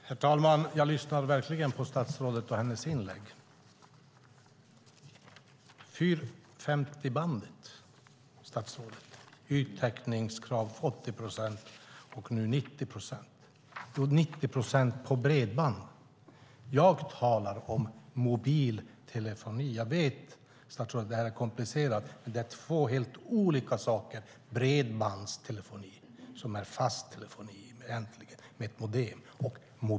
Herr talman! Jag lyssnade verkligen på statsrådets inlägg. Det sägs att det i 450-bandet är yttäckningskrav på 80 procent men att det nu är 90 procents täckning. Det är 90 procents täckning när det gäller bredband. Jag talar om mobil telefoni. Jag vet, statsrådet, att detta är komplicerat. Men bredbandstelefoni och mobiltelefoni är två helt olika saker. Bredbandstelefoni är egentligen fast telefoni med ett modem.